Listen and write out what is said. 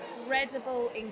incredible